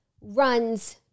runs